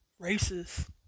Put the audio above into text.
racist